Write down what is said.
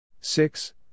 Six